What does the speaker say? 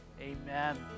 Amen